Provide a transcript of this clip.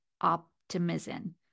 optimism